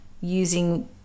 using